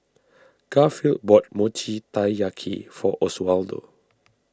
Garfield bought Mochi Taiyaki for Oswaldo